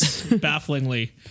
Bafflingly